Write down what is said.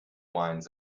wines